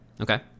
Okay